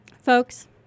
Folks